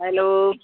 hello